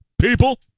People